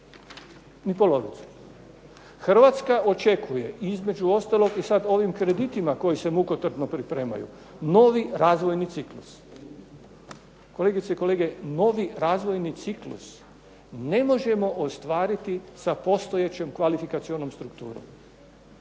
Ni polovicu. Hrvatska očekuje i između ostalog i sad ovim kreditima koji se mukotrpno pripremaju novi razvojni ciklus. Kolegice i kolege, novi razvojni ciklus ne možemo ostvariti sa postojećom kvalifikacionom strukturom.